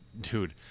dude